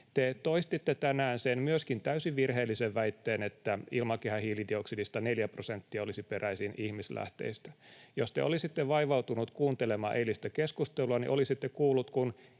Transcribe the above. Te toistitte tänään myöskin sen täysin virheellisen väitteen, että ilmakehän hiilidioksidista neljä prosenttia olisi peräisin ihmislähteistä. Jos te olisitte vaivautunut kuuntelemaan eilistä keskustelua, niin olisitte kuullut,